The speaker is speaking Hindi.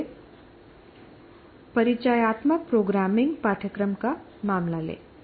आइए परिचयात्मक प्रोग्रामिंग पाठ्यक्रम का मामला लें